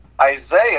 Isaiah